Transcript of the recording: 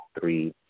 three